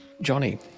Johnny